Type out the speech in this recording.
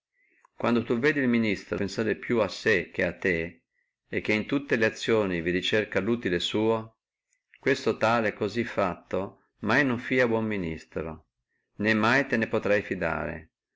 quando tu vedi el ministro pensare più a sé che a te e che in tutte le azioni vi ricerca dentro lutile suo questo tale cosí fatto mai fia buono ministro mai te ne potrai fidare